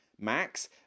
max